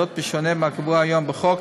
זאת בשונה מהקבוע היום בחוק,